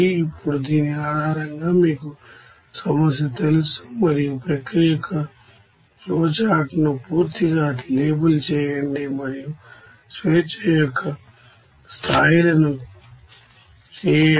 ఇప్పుడు దీని ఆధారంగా మీకు సమస్య తెలుసు మరియు ప్రక్రియ యొక్క ఫ్లోచార్ట్ను పూర్తిగా లేబుల్ చేయండి మరియు డిగ్రీస్ అఫ్ ఫ్రీడమ్ చేయండి